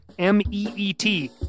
M-E-E-T